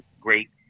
great